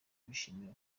bishimira